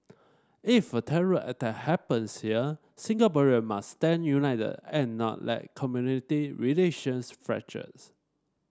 if a terror attack happens here Singaporean must stand united and not let community relations fracture